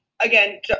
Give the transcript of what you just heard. Again